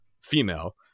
female